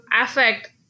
affect